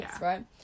right